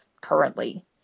currently